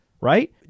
right